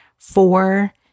four